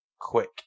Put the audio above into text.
quick